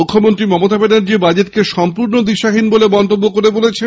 মুখ্যমন্ত্রী মমতা ব্যানার্জি বাজেটকে সম্পূর্ণ দিশাহীন বলে মন্তব্য করে বলেছেন